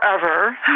forever